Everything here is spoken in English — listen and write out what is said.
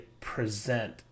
present